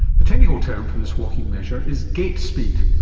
the technical term for this walking measure is gait speed,